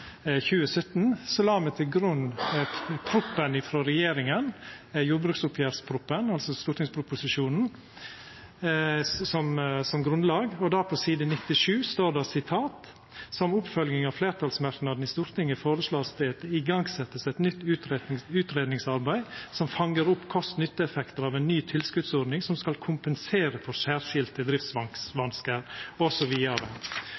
grunn jordbruksoppgjerspropen frå regjeringa. På side 97 står det: «Som oppfølging av flertallsmerknaden i Stortinget foreslås det at det igangsettes et nytt utredningsarbeid som fanger opp kost nytte-effekter av en ny tilskuddsordning som skal kompensere for særskilte